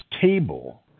table